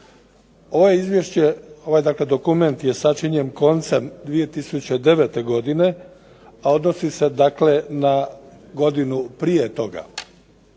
dakle dokument je sačinjen koncem 2009. godine, a odnosi se na godinu prije te.